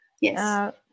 Yes